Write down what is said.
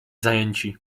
zajęci